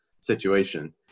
situation